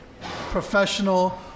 professional